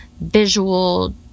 visual